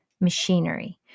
machinery